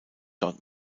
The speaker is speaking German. dort